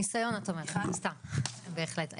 בהחלט.